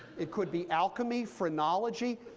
it could be alchemy, phrenology,